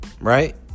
Right